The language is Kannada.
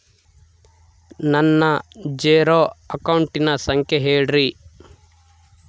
ನನ್ನ ಜೇರೊ ಅಕೌಂಟಿನ ಸಂಖ್ಯೆ ಹೇಳ್ರಿ?